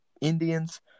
Indians